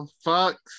Fuck